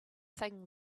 thing